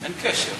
אין קשר.